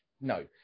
no